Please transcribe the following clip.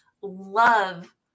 love